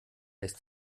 lässt